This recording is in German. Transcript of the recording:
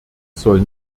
soll